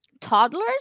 toddlers